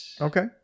Okay